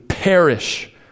Perish